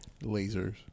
Lasers